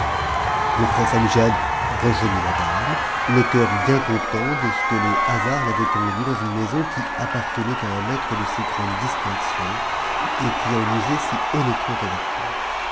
le prince amgiad rejoignit la dame le cœur bien content de ce quc hasard l'avait conduit dans une maison qui appartenait à un maître de si grande distinction et qui en usait si honnêtement avec lui